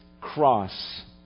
cross